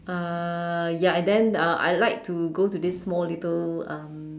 uh ya and then uh I like to go to this small little um